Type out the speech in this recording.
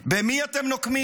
במי אתם נוקמים?